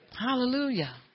Hallelujah